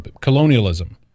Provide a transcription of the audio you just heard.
Colonialism